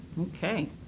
Okay